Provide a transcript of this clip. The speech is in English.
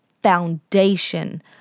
foundation